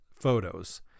photos